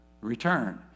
return